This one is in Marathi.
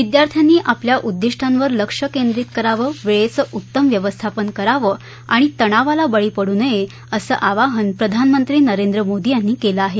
विद्यार्थ्यांनी आपल्या उदिष्टांवर लक्ष केंद्रीत करावं वेळेचं उत्तम व्यवस्थापन करावं आणि तणावाला बळी पड् नये असं आवाहन प्रधानमंत्री नरेंद्र मोदी यांनी केलं आहे